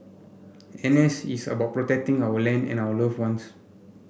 N S is about protecting our land and our love ones